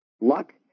luck